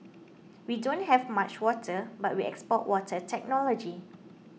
we don't have much water but we export water technology